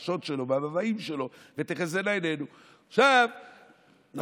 ומהבקשות שלו ומהמאוויים שלו את "ותחזינה עינינו".